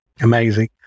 Amazing